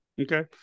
Okay